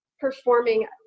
performing